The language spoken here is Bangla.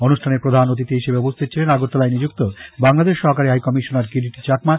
অনুষ্ঠানে প্রধান অতিথি হিসাবে উপস্থিত ছিলেন আগরতলায় নিযুক্ত বাংলাদেশ সহকারী হাইকমিশনার কিরীট চাকমা